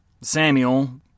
Samuel